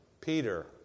Peter